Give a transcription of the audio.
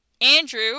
Andrew